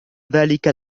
ذلك